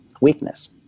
weakness